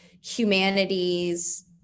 humanities